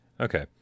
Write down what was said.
okay